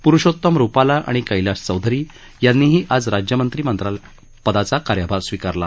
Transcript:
परषोतम रुपाला आणि कैलाश चौधरी यांनीही आज राज्यमंत्री मंत्रालयाचा कार्यभार स्वीकारला